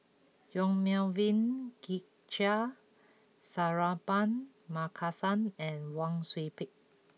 Yong Melvin Yik Chye Suratman Markasan and Wang Sui Pick